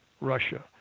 russia